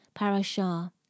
Parashar